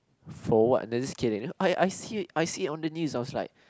for what does it kidding I see I see on the news I was like